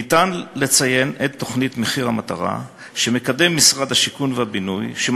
ניתן לציין את תוכנית מחיר המטרה שמקדם משרד הבינוי והשיכון,